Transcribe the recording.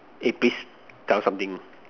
eh please tell something